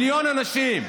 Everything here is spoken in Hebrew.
מיליון אנשים,